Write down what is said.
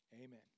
Amen